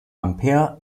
ampere